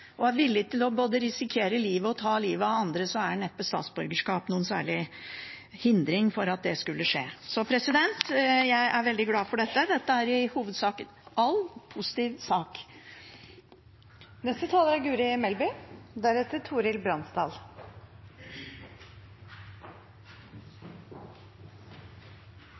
og er villig til både å risikere livet og ta livet av andre, er neppe statsborgerskap noen særlig hindring for at det skulle skje. Så jeg er veldig glad for dette. Dette er i all hovedsak en positiv sak. Dette er